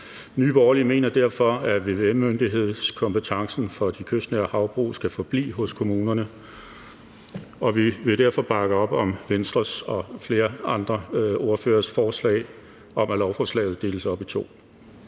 Nye Borgerlige mener derfor, at vvm-myndighedskompetencen for de kystnære havbrug skal forblive hos kommunerne, og vi vil derfor bakke op om Venstres ordførers og flere andre ordføreres forslag om, at lovforslaget deles op i to